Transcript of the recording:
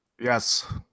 yes